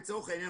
לצורך העניין,